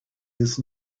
his